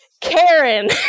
Karen